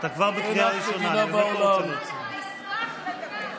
נשמח לדבר.